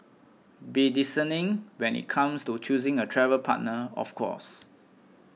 be discerning when it comes to choosing a travel partner of course